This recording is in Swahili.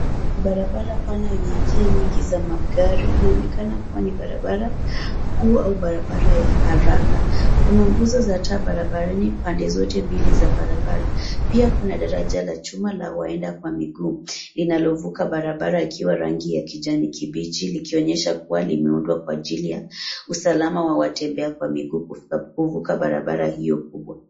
Barabara pana yenye njia nyingi za magari, inaonekana kuwa ni barabara kuu au barabara ya haraka. Kuna nguzo za taa barabarani pande zote mbili za barabara. Pia kuna daraja la chuma la waenda kwa miguu linalovuka barabara ikiwa rangi ya kijani kibichi likionyesha kuwa limeundwa kwa ajili ya usalama wa watembea kwa miguu kuvuka barabara hiyo kubwa.